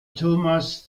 thomas